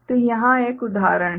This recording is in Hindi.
तो यहाँ एक उदाहरण है